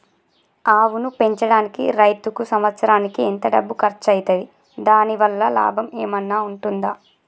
ఆవును పెంచడానికి రైతుకు సంవత్సరానికి ఎంత డబ్బు ఖర్చు అయితది? దాని వల్ల లాభం ఏమన్నా ఉంటుందా?